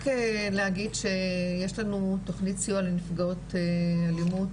רק להגיד שיש לנו תוכנית סיוע לנפגעות אלימות,